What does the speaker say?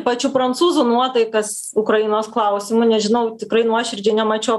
pačių prancūzų nuotaikas ukrainos klausimu nežinau tikrai nuoširdžiai nemačiau